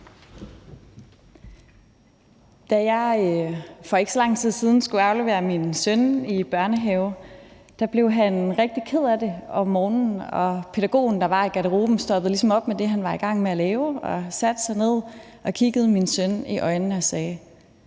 Da jeg for ikke så lang tid siden skulle aflevere min søn i børnehave, blev han rigtig ked af det om morgenen, og pædagogen, der var i garderoben, stoppede ligesom op med det, han var i gang med at lave, satte sig ned, kiggede min søn i øjnene og sagde: